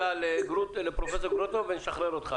שאלתי היא: לגבי ענף האולמות והמסעדות,